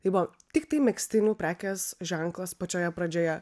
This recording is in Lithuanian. tai buvo tiktai megztinių prekės ženklas pačioje pradžioje